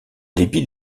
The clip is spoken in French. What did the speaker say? dépit